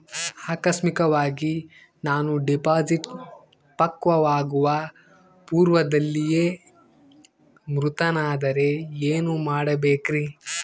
ಆಕಸ್ಮಿಕವಾಗಿ ನಾನು ಡಿಪಾಸಿಟ್ ಪಕ್ವವಾಗುವ ಪೂರ್ವದಲ್ಲಿಯೇ ಮೃತನಾದರೆ ಏನು ಮಾಡಬೇಕ್ರಿ?